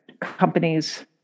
companies